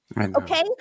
Okay